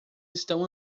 estão